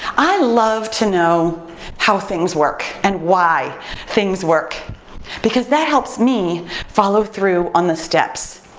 i love to know how things work and why things work because that helps me follow through on the steps.